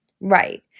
Right